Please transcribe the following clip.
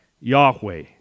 Yahweh